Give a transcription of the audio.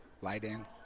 lighting